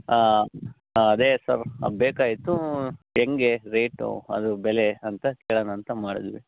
ಹಾಂ ಹಾಂ ಅದೆ ಸರ್ ಬೇಕಾಯಿತು ಹೆಂಗೆ ರೇಟು ಅದು ಬೆಲೆ ಅಂತ ಕೇಳೋನಂತ ಮಾಡಿದ್ವಿ